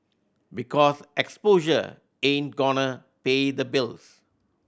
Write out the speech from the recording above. because exposure ain't gonna pay the bills